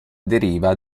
deriva